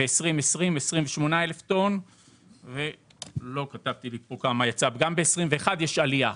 ב-2020 ל-28,000 טון וגם ב-2021 יש עלייה.